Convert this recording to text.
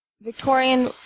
Victorian